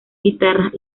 guitarras